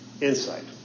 insight